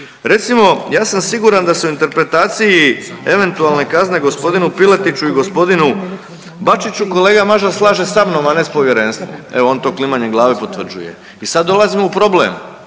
Recimo, ja sam siguran da se u interpretaciji eventualne kazne g. Piletiću i g. Bačiću kolega Mažar slaže sa mnom, a ne s Povjerenstvom, evo, on to klimanjem glave potvrđuje i sad dolazimo u problem.